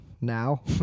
now